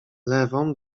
lewą